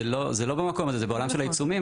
זה לא במקום הזה, זה בעולם של העיצומים.